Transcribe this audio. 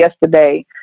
yesterday